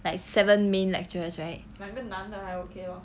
like seven main lecturers right